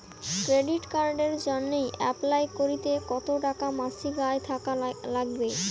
Credit কার্ডের জইন্যে apply করিতে কতো টাকা মাসিক আয় থাকা নাগবে?